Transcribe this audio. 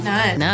None